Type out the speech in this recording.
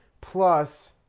Plus